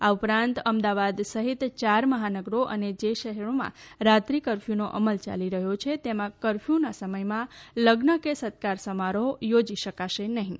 આ ઉપરાંત અમદાવાદ સહિત ચાર મહાનગરો અને જ શહેરોમાં રાત્રિ કરફયુનો અમલ ચાલી રહ્યો છે તેમાં કરફયુના સમયમાં લગ્ન કે સત્કાર સમારોહ યોજી શકાશે નહીં